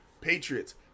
patriots